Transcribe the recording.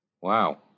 Wow